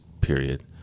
period